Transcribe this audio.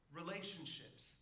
relationships